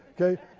okay